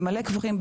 במלא כפרים,